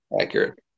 accurate